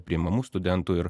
priimamų studentų ir